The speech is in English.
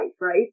right